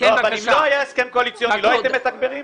אם לא היה הסכם קואליציוני, לא הייתם מתגברים?